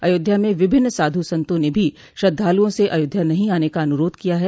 अयोध्या में विभिन्न साधु संतों ने भी श्रद्धालुओं से अयोध्या नहीं आने का अनुरोध किया है